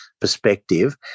perspective